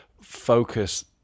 focus